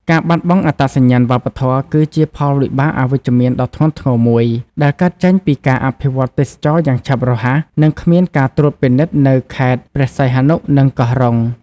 ការបាត់បង់អត្តសញ្ញាណវប្បធម៌ គឺជាផលវិបាកអវិជ្ជមានដ៏ធ្ងន់ធ្ងរមួយដែលកើតចេញពីការអភិវឌ្ឍទេសចរណ៍យ៉ាងឆាប់រហ័ស និងគ្មានការត្រួតពិនិត្យនៅខេត្តព្រះសីហនុ និងកោះរ៉ុង។